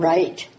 Right